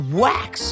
wax